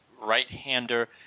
right-hander